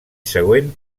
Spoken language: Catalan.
següent